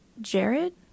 Jared